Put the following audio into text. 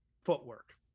footwork